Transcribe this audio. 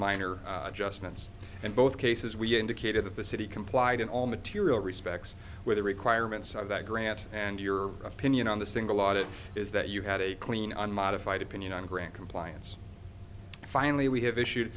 minor adjustments in both cases we indicated that the city complied in all material respects with the requirements of that grant and your opinion on the single audit is that you had a clean unmodified opinion on grant compliance and finally we have issued